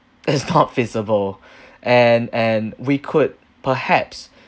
it's not feasible and and we could perhaps